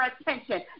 attention